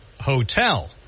Hotel